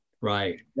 Right